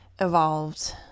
evolved